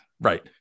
Right